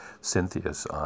Cynthia's